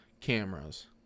cameras